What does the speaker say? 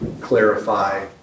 clarify